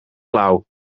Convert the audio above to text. lauw